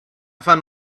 found